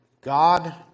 God